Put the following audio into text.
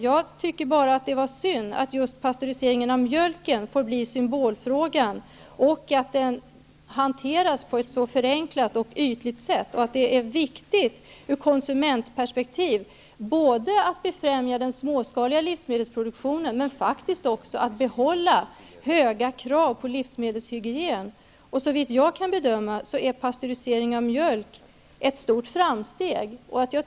Jag tycker att det är synd att pastörisering av mjölk får bli symbolfrågan och att den hanteras på ett så förenklat och ytligt sätt. Det är ur konsumentperspektiv viktigt att befrämja den småskaliga livsmedelsproduktionen men också att behålla höga krav på livsmedelshygien. Såvitt jag kan bedöma är pastörisering av mjölk ett stort framsteg.